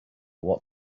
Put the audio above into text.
what